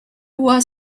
was